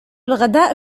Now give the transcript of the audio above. الغداء